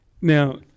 Now –